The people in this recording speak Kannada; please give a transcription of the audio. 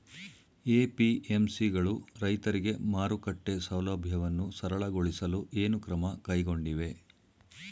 ಎ.ಪಿ.ಎಂ.ಸಿ ಗಳು ರೈತರಿಗೆ ಮಾರುಕಟ್ಟೆ ಸೌಲಭ್ಯವನ್ನು ಸರಳಗೊಳಿಸಲು ಏನು ಕ್ರಮ ಕೈಗೊಂಡಿವೆ?